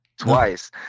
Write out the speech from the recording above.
twice